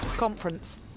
Conference